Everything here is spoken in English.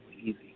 easy